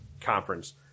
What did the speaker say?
conference